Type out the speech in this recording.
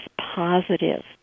positive